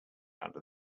under